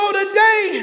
today